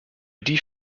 die